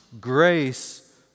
grace